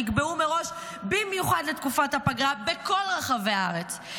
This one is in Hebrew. שנקבעו מראש במיוחד לתקופת הפגרה בכל רחבי הארץ,